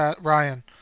Ryan